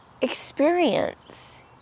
experience